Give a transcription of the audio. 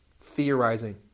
theorizing